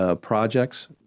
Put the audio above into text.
projects